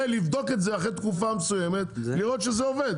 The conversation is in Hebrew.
ולבדוק את זה אחרי תקופה מסוימת ולראות שזה עובד,